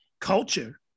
culture